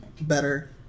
better